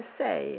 say